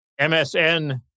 MSN